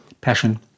passion